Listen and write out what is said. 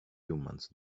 humans